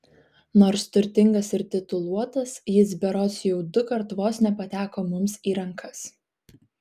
nors turtingas ir tituluotas jis berods jau dukart vos nepateko mums į rankas